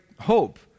hope